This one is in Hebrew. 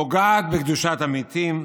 פוגעת בקדושת המתים,